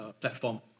platform